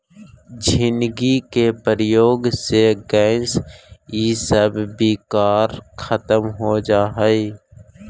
झींगी के प्रयोग से गैस इसब विकार खत्म हो जा हई